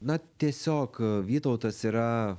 na tiesiog vytautas yra